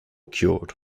cured